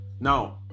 now